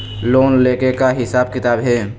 Loan ले के का हिसाब किताब हे?